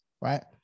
right